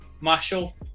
Marshall